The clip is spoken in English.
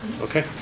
Okay